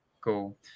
Cool